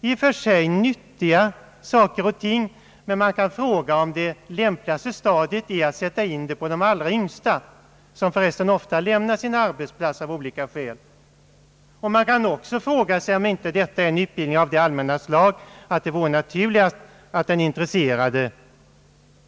Det är i och för sig nyttiga saker, men man kan fråga sig om det är lämpligt att anordna kurserna för de allra yngsta, vilka för övrigt ofta snart lämnar sina arbetsplatser av olika skäl. Man kan också fråga sig om inte detta är en utbildning av sådant allmänt slag att det vore naturligt att den intresserade på fritid